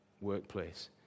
workplace